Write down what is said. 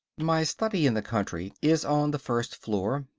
my study in the country is on the first floor,